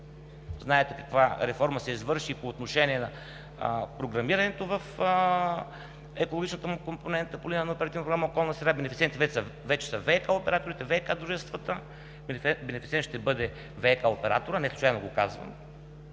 Знаете каква реформа се извърши по отношение на програмирането в екологичната му компонента по линия на Оперативна програма „Околна среда“. Бенефициенти вече са ВиК операторите, ВиК дружествата. Бенефициент ще бъде ВиК операторът – неслучайно го казвам,